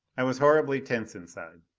i was horribly tense inside.